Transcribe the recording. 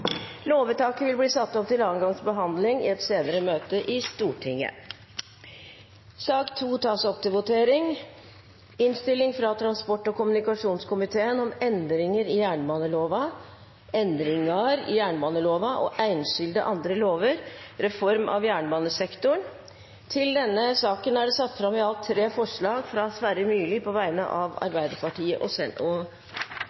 Lovvedtaket vil bli satt opp til andre gangs behandling i et senere møte i Stortinget. Under debatten er det satt fram i alt tre forslag. Det er forslagene nr. 1–3, fra Sverre Myrli på vegne av